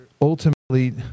ultimately